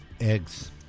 eggs